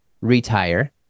retire